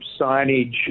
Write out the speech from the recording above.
signage